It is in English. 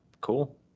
cool